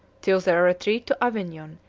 till their retreat to avignon,